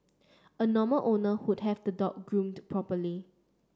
a normal owner would have the dog groomed properly